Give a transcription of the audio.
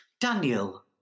daniel